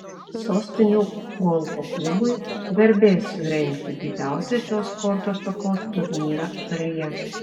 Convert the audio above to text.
sostinių golfo klubui garbė surengti didžiausią šios sporto šakos turnyrą šalyje